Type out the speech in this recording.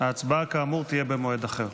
ההצבעה תהיה במועד אחר.